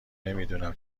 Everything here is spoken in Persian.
نمیدونم